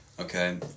okay